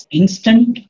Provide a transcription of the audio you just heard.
instant